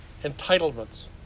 entitlements